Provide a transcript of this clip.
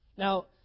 Now